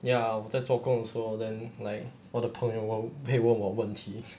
ya 我在做工的时后 then like 我的朋友问我问题